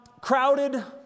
Crowded